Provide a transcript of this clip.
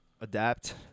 adapt